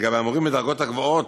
לגבי המורים בדרגות הגבוהות,